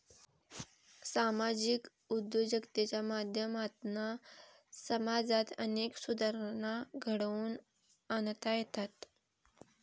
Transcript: सामाजिक उद्योजकतेच्या माध्यमातना समाजात अनेक सुधारणा घडवुन आणता येतत